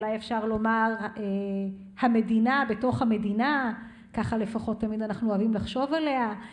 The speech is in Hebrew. אולי אפשר לומר המדינה בתוך המדינה, ככה לפחות תמיד אנחנו אוהבים לחשוב עליה.